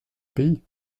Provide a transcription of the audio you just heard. pays